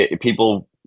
people